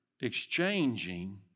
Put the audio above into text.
exchanging